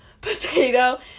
potato